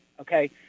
okay